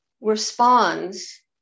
responds